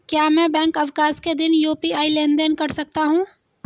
क्या मैं बैंक अवकाश के दिन यू.पी.आई लेनदेन कर सकता हूँ?